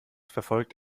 verfolgt